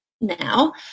now